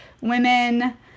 women